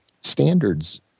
standards